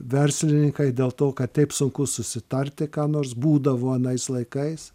verslininkai dėl to kad taip sunku susitarti ką nors būdavo anais laikais